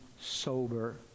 sober